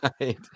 Right